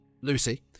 lucy